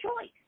choice